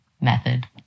method